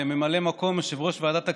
ממלא מקום יושב-ראש ועדת הכספים,